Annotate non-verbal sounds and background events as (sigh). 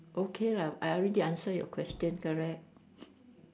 okay lah I already answer your question correct (laughs)